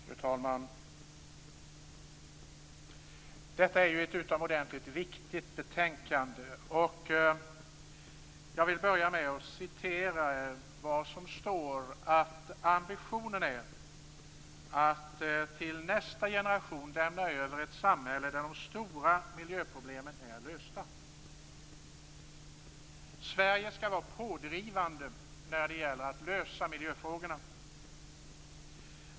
Fru talman! Detta är ett utomordentligt viktigt betänkande. Jag vill börja med att citera det som står i betänkandet: "Regeringens övergripande mål för det miljöpolitiska arbetet är att till nästa generation kunna lämna över ett samhälle där de stora miljöproblemen är lösta." Sverige skall vara pådrivande när det gäller att lösa miljöfrågorna.